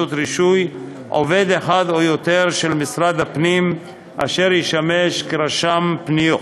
רישוי עובד אחד או יותר של משרד הפנים אשר ישמש רשם פניות.